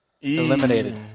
Eliminated